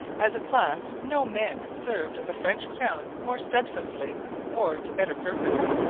as a class no men served the french crown more steadfastly or to better purpose.